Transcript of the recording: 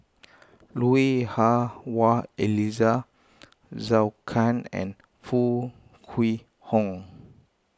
Lui Hah Wah Elena Zhou Can and Foo Kwee Horng